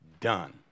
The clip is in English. done